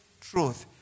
truth